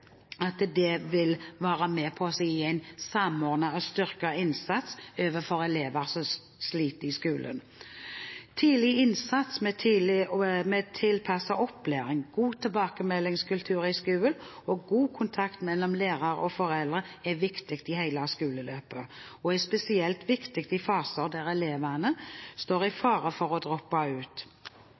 vil være med på å gi en samordnet og styrket innsats overfor elever som sliter i skolen. Tidlig innsats med tilpasset opplæring, god tilbakemeldingskultur i skolen og god kontakt mellom lærer og foreldre er viktig i hele skoleløpet og er spesielt viktig i faser der elevene står i fare for å droppe ut.